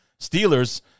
Steelers